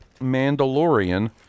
Mandalorian